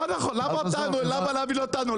לא נכון, למה להבין אותנו?